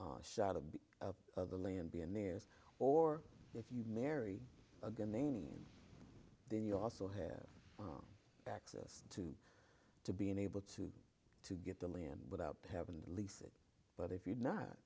shot of the land being near or if you marry again main then you also have access to to being able to to get the land without having to lease it but if you're not